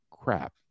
crap